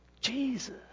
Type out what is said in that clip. Jesus